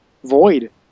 void